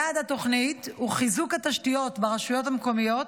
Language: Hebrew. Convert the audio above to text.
יעד התוכנית הוא חיזוק התשתיות ברשויות המקומיות